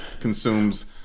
consumes